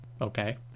Okay